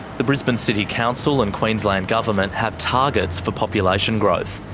the brisbane city council and queensland government have targets for population growth.